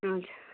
हुन्छ